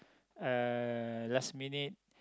uh last minute